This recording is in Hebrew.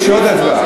יש עוד הצבעה.